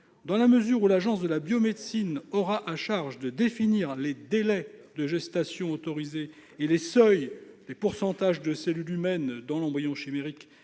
Dans la mesure où l'Agence de la biomédecine sera chargée de définir les délais de gestation autorisée et les seuils des pourcentages de cellules humaines dans l'embryon chimérique